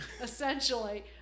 essentially